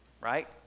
right